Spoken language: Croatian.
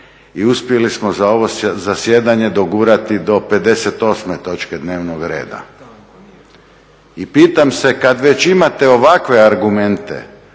i uspjeli smo za ovo zasjedanje dogurati do 58. točke dnevnog reda. I pitam se kad već imate ovakve argumente,